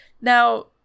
Now